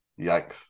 yikes